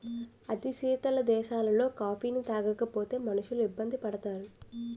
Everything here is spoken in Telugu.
అతి శీతల దేశాలలో కాఫీని తాగకపోతే మనుషులు ఇబ్బంది పడతారు